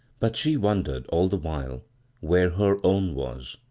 but she wondered all the while where her own was.